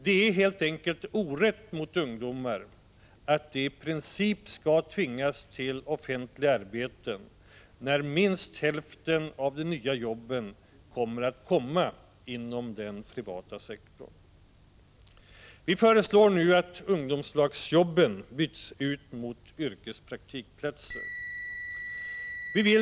Det är helt enkelt orätt mot ungdomarna att de i princip skall tvingas till offentliga arbeten, när minst hälften av de nya arbetena kommer inom den privata sektorn. Vi föreslår nu att ungdomslagsjobben byts ut mot yrkespraktiksplatser.